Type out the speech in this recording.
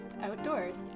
outdoors